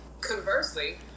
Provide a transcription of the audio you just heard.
conversely